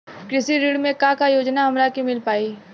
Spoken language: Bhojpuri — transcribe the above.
कृषि ऋण मे का का योजना हमरा के मिल पाई?